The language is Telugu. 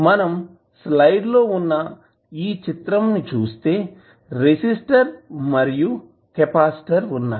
మనం స్లైడ్ లో వున్నా ఈ చిత్రం ని చుస్తే రెసిస్టర్ మరియు కెపాసిటర్ వున్నాయి